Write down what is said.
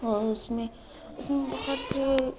او اس میں اس میں بہت